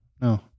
No